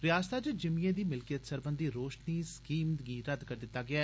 रयासतै च जिमीएं दी मिलकियत सरबंधी रोशनी स्कीम गी रद्द करी दिता ऐ